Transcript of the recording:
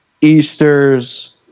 Easter's